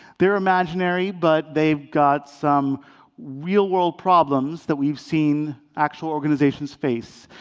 they're imaginary, but they've got some real world problems that we've seen actual organizations face.